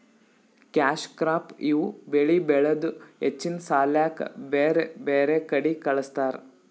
cash crop ಇವ್ ಬೆಳಿ ಬೆಳದು ಹೆಚ್ಚಿನ್ ಸಾಲ್ಯಾಕ್ ಬ್ಯಾರ್ ಬ್ಯಾರೆ ಕಡಿ ಕಳಸ್ತಾರ್